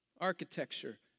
architecture